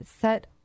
set